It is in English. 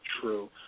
true